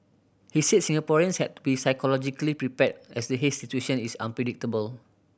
he said Singaporeans had to be psychologically prepared as the haze situation is unpredictable